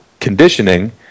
conditioning